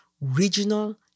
regional